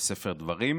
בספר דברים,